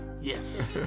Yes